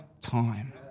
time